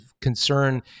concern